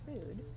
food